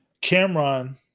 Cameron